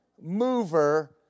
mover